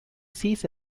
sees